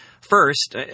First